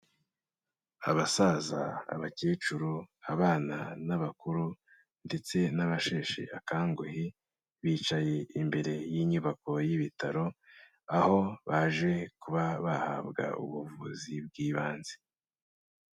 Abasaza, abakecuru, abana n'abakuru ndetse n'abasheshe akanguhe bicaye imbere y'inyubako y'ibitaro, aho baje kuba bahabwa ubuvuzi bw'ibanze.